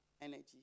energy